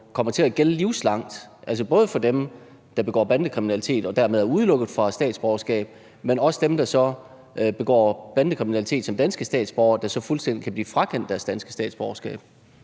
kommer til at gælde livslangt, altså både for dem, der begår bandekriminalitet og dermed er udelukket fra statsborgerskab, men også for dem, der så begår bandekriminalitet som danske statsborgere, og som så fuldstændig kan blive frakendt deres danske statsborgerskab?